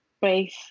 brave